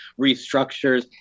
restructures